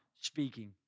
speaking